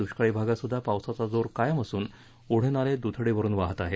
दुष्काळी भागात सुद्धा पावसाचा जोर कायम असून ओढेनाले दुथडी वाहत आहेत